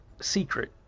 secret